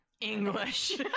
English